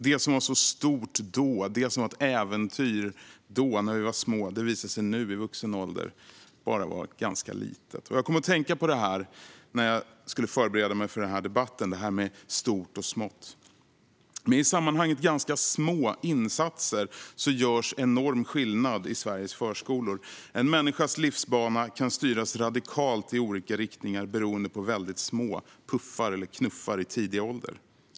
Det som var så stort då, det som var ett äventyr när vi var små, visar sig när vi är i vuxen ålder bara vara ganska litet. Jag kom att tänka på detta när jag förberedde mig för den här debatten. Med i sammanhanget ganska små insatser görs enorm skillnad i Sveriges förskolor. En människas livsbana kan styras i radikalt olika riktningar beroende på väldigt små puffar eller knuffar i tidig ålder.